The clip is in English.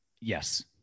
Yes